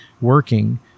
working